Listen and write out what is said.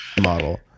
model